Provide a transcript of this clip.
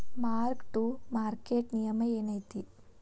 mark to market ನಿಯಮ ಏನೈತಿ